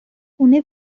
خونه